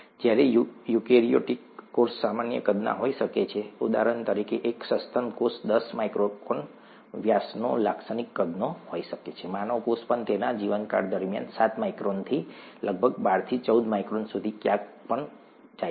જ્યારે યુકેરીયોટિક કોષ સામાન્ય કદનો હોઈ શકે છે ઉદાહરણ તરીકે એક સસ્તન કોષ દસ માઇક્રોન વ્યાસનો લાક્ષણિક કદનો હોઈ શકે છે માનવ કોષ પણ તેના જીવનકાળ દરમિયાન સાત માઇક્રોનથી લગભગ બારથી ચૌદ માઇક્રોન સુધી ક્યાંય પણ જાય છે